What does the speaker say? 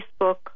Facebook